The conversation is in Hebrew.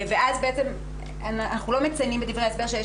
ואז אנחנו לא מציינים בדברי ההסבר שיש